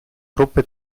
gruppe